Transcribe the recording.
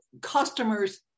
customers